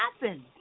happen